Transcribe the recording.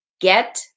get